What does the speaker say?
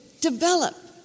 develop